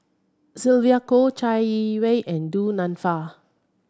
Sylvia Kho Chai Yee Wei and Du Nanfa